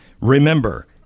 Remember